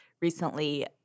recently